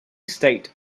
state